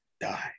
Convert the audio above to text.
Die